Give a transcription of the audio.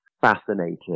fascinating